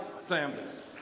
families